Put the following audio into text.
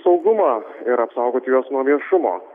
saugumą ir apsaugoti juos nuo viešumo